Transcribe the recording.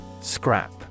Scrap